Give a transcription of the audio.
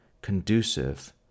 conducive